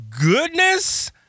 goodness